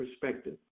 perspective